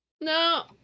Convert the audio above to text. No